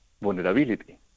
vulnerability